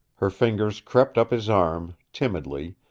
her fingers crept up his arm, timidly,